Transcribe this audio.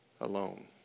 alone